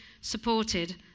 supported